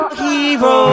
hero